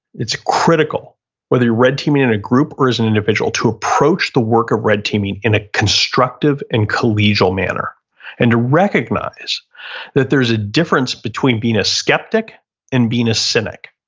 it's critical whether you're red teaming in a group or as an individual to approach the work of red teaming in a constructive and collegial manner and to recognize that there's a difference between being a skeptic and being a cynic.